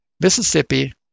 Mississippi